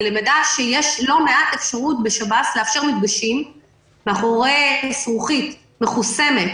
אני למדה שיש לא מעט אפשרות בשב"ס לאפשר מפגשים מאחורי זכוכית מחוסמת,